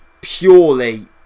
purely